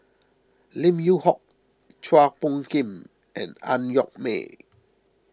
Lim Yew Hock Chua Phung Kim and Ang Yoke Mooi